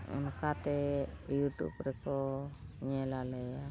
ᱚᱱᱠᱟᱛᱮ ᱨᱮᱠᱚ ᱧᱮᱞ ᱟᱞᱮᱭᱟ